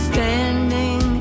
Standing